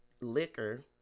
liquor